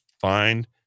find